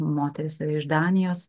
moteris yra iš danijos